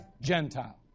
Gentile